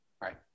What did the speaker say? right